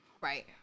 Right